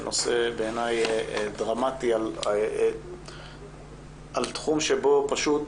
זה נושא, בעיניי, דרמטי על תחום שבו פשוט